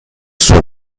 suo